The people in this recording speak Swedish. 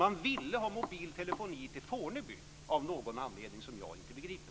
Man ville ha mobiltelefoni till Fornebu - av någon anledning som jag inte begriper.